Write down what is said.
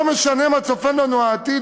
לא משנה מה צופן לנו העתיד,